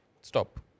stop